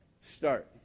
start